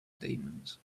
demons